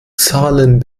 zahlen